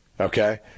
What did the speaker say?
okay